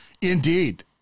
Indeed